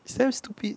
it's damn stupid